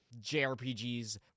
JRPGs